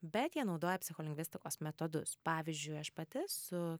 bet jie naudoja psicholingvistikos metodus pavyzdžiui aš pati su